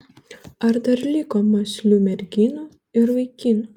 ar dar liko mąslių merginų ir vaikinų